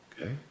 Okay